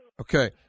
Okay